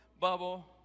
bubble